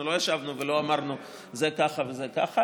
אנחנו לא ישבנו ולא אמרנו: זה ככה וזה ככה.